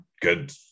good